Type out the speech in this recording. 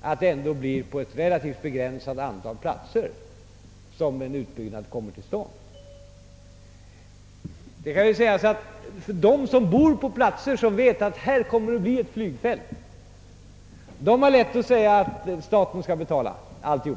att det ändå blir på ett begränsat antal platser som en utbyggnad kommer till stånd. De som bor på en ort, om vilken de vet att ett flygfält kommer att förläggas dit, har lätt för att säga att staten skall betala allting.